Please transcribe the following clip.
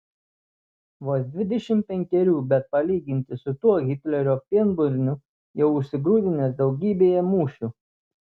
vos dvidešimt penkerių bet palyginti su tuo hitlerio pienburniu jau užsigrūdinęs daugybėje mūšių